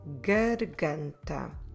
garganta